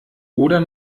oder